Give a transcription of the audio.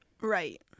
right